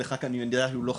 שלך אני יודע הוא לא חדש.